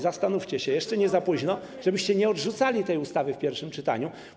Zastanówcie się, jeszcze nie jest za późno, żebyście nie odrzucali tej ustawy w pierwszym czytaniu.